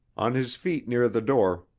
on his feet near the door,